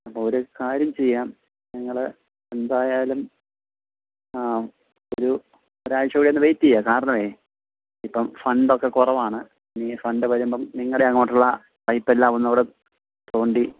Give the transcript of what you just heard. അപ്പോൾ ഒരു കാര്യം ചെയ്യാം നിങ്ങൾ എന്തായാലും ഒരു ഒരാഴ്ച്ച കൂടി ഒന്ന് വെയിറ്റ് ചെയ്യുക കാരണമേ ഇപ്പം ഫണ്ട് ഒക്കെ കുറവാണ് ഇനി ഫണ്ട് വരുമ്പം നിങ്ങളുടെ അങ്ങോട്ടുള്ള പൈപ്പ് എല്ലാം ഒന്നുകൂടെ തോണ്ടി